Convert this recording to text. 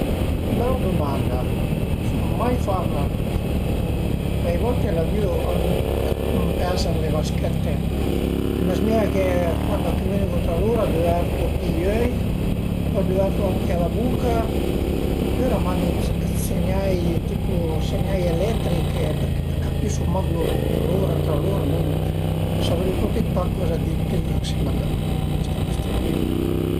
Bela dumanda: sun mai famla. Cuai volte l'avìu avü ün pes ën le vaschëtte. A më zmìa che cuand a cumünicu tra lur a düvertu pi i öi o a düvertu anche la buca opüra a mandu dë segnai tipu segnai eletrich e përché a capisu mach lur, tra lur, savrìu propi pa coza di dë pi ën sima a cuesta cuestiun